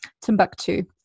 Timbuktu